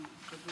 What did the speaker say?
ההצעה